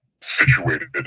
situated